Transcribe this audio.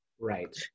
right